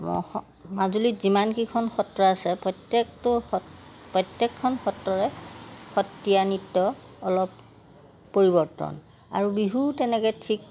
মহ মাজুলীত যিমানকেইখন সত্ৰ আছে প্ৰত্যেকটো সত্ৰ প্ৰত্যেকখন সত্ৰৰে সত্ৰীয়া নৃত্য অলপ পৰিৱৰ্তন আৰু বিহু তেনেকৈ ঠিক